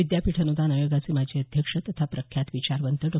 विद्यापीठ अनुदान आयोगाचे माजी अध्यक्ष तथा प्रख्यात विचारवंत डॉ